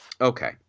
Okay